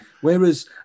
Whereas